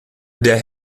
der